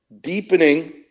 deepening